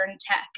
tech